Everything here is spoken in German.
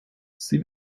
sie